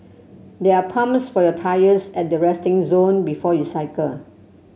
there are pumps for your tyres at the resting zone before you cycle